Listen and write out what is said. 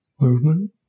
movement